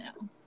no